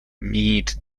mead